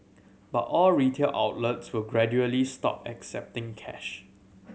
but all retail outlets will gradually stop accepting cash